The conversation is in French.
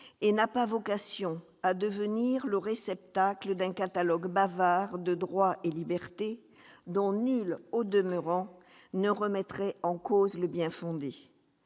et n'a pas vocation à devenir le réceptacle d'un catalogue bavard de droits et libertés, dont nul, au demeurant, ne remettrait en cause le bien-fondé.